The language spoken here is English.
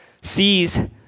sees